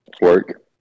Work